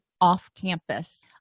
off-campus